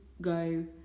go